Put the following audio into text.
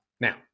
Now